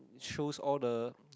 through all the